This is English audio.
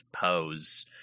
Pose